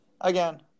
Again